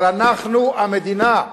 אבל אנחנו המדינה,